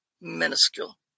minuscule